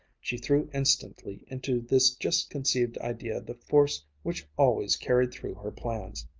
she threw instantly into this just conceived idea the force which always carried through her plans.